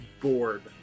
bored